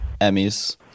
Emmys